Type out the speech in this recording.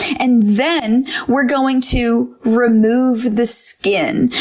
and then we're going to remove the skin.